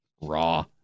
raw